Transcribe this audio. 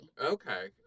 Okay